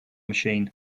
machine